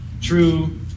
true